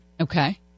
Okay